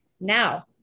Now